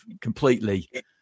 completely